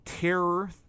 terror